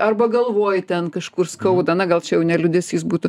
arba galvoj ten kažkur skauda na gal čia jau ne liūdesys būtų